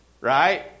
right